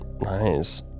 Nice